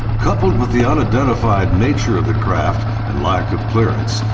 coupled with the unidentified nature of the craft and lack of clearance,